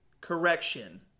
Correction